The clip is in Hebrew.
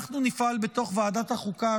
אנחנו נפעל בתוך ועדת החוקה,